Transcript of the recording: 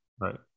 right